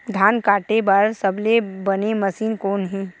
धान काटे बार सबले बने मशीन कोन हे?